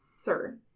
Sir